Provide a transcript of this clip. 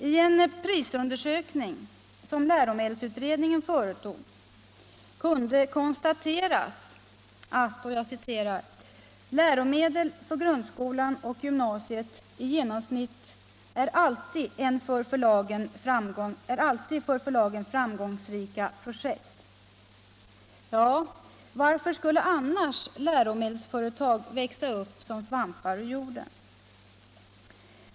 I en prisundersökning som läromedelsutredningen företog kunde konstateras att ”läromedel för grundskolan och gymnasiet i genomsnitt alltid är för förlagen framgångsrika projekt”. Ja, varför skulle annars läromedelsföretag växa upp som svampar ur jorden?